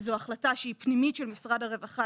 זו החלטה שהיא פנימית של משרד הרווחה,